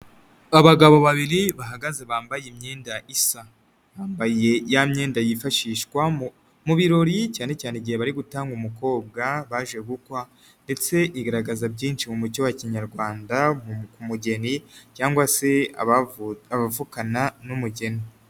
Abagabo babiri bahagaze bambaye imyenda isa. Bambaye ya myenda yifashishwa mu birori cyane cyane igihe bari gutanga umukobwa baje gukwa, ndetse igaragaza byinshi mu mucyo wa kinyarwanda ku mugeni, cyangwa se abavukana n'umugeni.